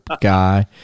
guy